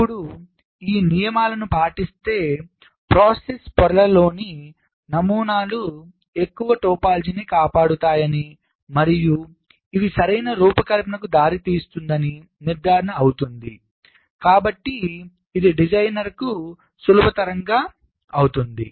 ఇప్పుడు ఈ నియమాలను పాటిస్తే ప్రాసెస్ పొరలలోని నమూనాలు ఎక్కువగా టోపోలాజీని కాపాడుతాయని మరియు ఇవి సరైన రూపకల్పనకు దారి తీస్తుందని నిర్ధారణ అవుతుంది కాబట్టి ఇది డిజైనర్కు సులభతరంగా అవుతుంది